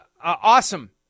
awesome